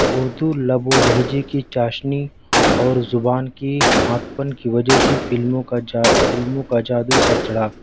اردو لب و لہجہ کی چاشنی اور زبان کی باکپن کی وجہ سے فلموں کا جادو سر چڑھا